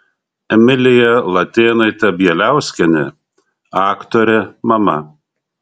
emilija latėnaitė bieliauskienė aktorė mama